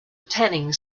tanning